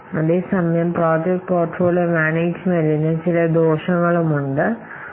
അതേസമയം നിങ്ങൾ കുറച്ച് മുഴുവൻ സമയ സ്റ്റാഫുകൾ എടുത്തിരിക്കാനിടയുള്ള പോരായ്മകൾ ചില ഫുൾടൈം സ്റ്റാഫുകൾ അനുവദിച്ചിരിക്കാം